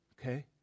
Okay